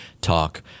Talk